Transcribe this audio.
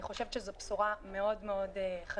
אני חושבת שזו בשורה מאוד מאוד חשובה.